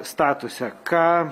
statuse ką